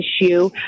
issue